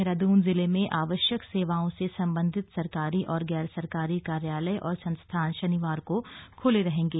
देहरादून जिले में आवश्यक सेवाओं से संबंधित सरकारी और गैर सरकारी कार्यालय और संस्थान शनिवार को खुले रहेंगे